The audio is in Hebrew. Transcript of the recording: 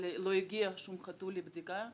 אבל לא הגיע שום חתול לבדיקה אלינו.